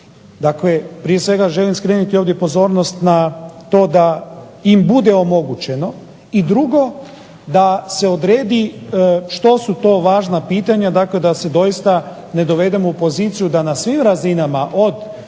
Dakle prije svega želim skrenuti ovdje pozornost na to da im bude omogućeno. I drugo da se odredi što su to važna pitanja, dakle da se doista ne dovedemo u poziciju da na svim razinama, od